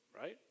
Right